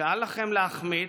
שאל לכם להחמיץ,